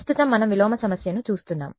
ప్రస్తుతం మనం విలోమ సమస్యను చూస్తున్నాము